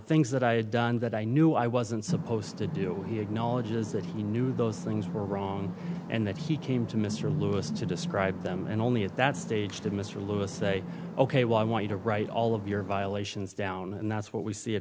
things that i had done that i knew i wasn't supposed to do he acknowledges that he knew those things were wrong and that he came to mr lewis to describe them and only at that stage did mr lewis say ok well i want you to write all of your violations down and that's what we see